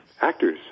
actors